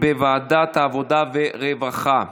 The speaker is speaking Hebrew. לוועדת העבודה והרווחה נתקבלה.